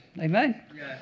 Amen